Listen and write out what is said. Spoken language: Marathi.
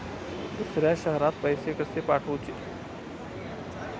दुसऱ्या शहरात पैसे कसे पाठवूचे?